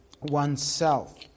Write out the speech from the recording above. oneself